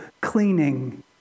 cleaning